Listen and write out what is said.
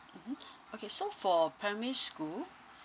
mm okay so for primary school